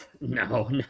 no